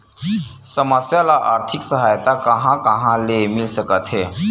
समस्या ल आर्थिक सहायता कहां कहा ले मिल सकथे?